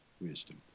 wisdom